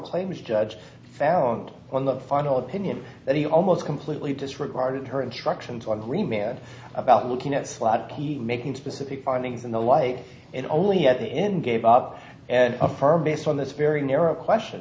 claim is judge found on the final opinion that he almost completely disregarded her instruction to agree man about looking at slot making specific findings in the light and only at the end gave up and affirm based on this very narrow question